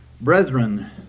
Brethren